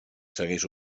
segueix